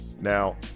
Now